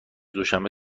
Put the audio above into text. دوشنبه